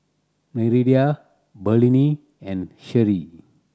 Nereida Brynlee and Sherree